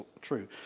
true